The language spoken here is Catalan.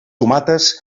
tomates